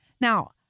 Now